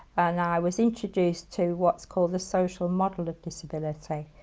and i was introduced to what's called the social model of disability,